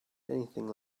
anything